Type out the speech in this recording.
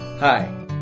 Hi